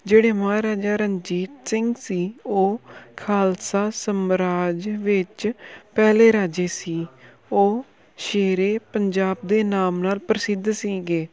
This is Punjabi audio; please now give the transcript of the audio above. ਜਿਹੜੇ ਮਾਹਾਰਾਜਾ ਰਣਜੀਤ ਸਿੰਘ ਸੀ ਉਹ ਖਾਲਸਾ ਸਮਰਾਜ ਵਿੱਚ ਪਹਿਲੇ ਰਾਜੇ ਸੀ ਉਹ ਸ਼ੇਰੇ ਪੰਜਾਬ ਦੇ ਨਾਮ ਨਾਲ ਪ੍ਰਸਿੱਧ ਸੀਗੇ